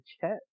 chat